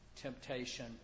temptation